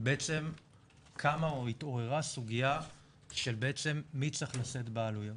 בעצם קמה או התעוררה סוגיה של בעצם מי צריך לשאת בעלויות.